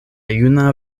juna